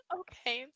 okay